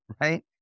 right